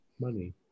money